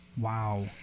Wow